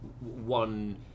one